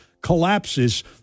collapses